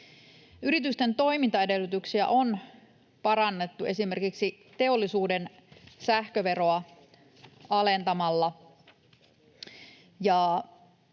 Yritysten toimintaedellytyksiä on parannettu esimerkiksi teollisuuden sähköveroa alentamalla,